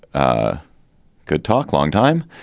ah good talk. long time.